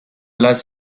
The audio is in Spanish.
las